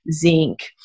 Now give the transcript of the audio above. zinc